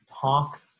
talk